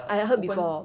I heard before